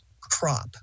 crop